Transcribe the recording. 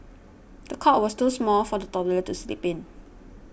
the cot was too small for the toddler to sleep in